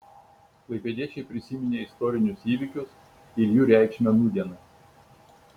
klaipėdiečiai prisiminė istorinius įvykius ir jų reikšmę nūdienai